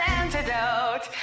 antidote